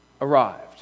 arrived